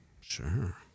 Sure